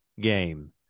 game